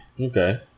Okay